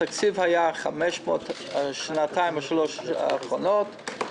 התקציב היה 500 בשנתיים-שלוש האחרונות.